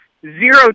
zero